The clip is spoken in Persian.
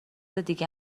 دیگه